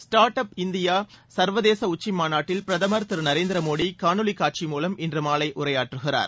start up இந்திய சர்வதேச உச்சி மாநாட்டில் பிரதமர் திரு நரேந்திர மோடி காணொலி காட்சி மூலம் இன்று மாலை உரையாற்றுகிறார்